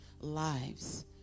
lives